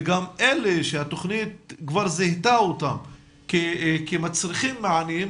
וגם אלה שהתוכנית כבר זיהתה אותם שצריכים מענים,